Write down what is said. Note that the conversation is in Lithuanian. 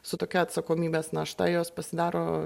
su tokia atsakomybės našta jos pasidaro